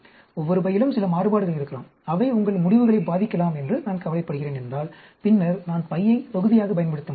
ஒவ்வொரு பையிலும் சில மாறுபாடுகள் இருக்கலாம் அவை உங்கள் முடிவுகளை பாதிக்கலாம் என்று நான் கவலைப்படுகிறேன் என்றால் பின்னர் நான் பையை தொகுதியாக பயன்படுத்த முடியும்